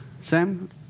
Sam